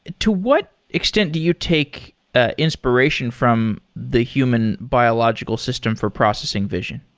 to what extent do you take ah inspiration from the human biological system for processing vision?